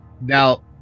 Now